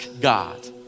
God